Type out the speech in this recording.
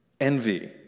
envy